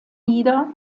nieder